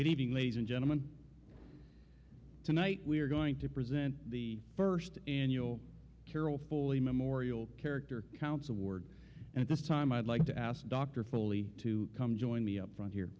good evening ladies and gentlemen tonight we are going to present the first annual carol foley memorial character counts award at this time i'd like to ask dr foley to come join me up front here